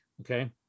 okay